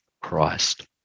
Christ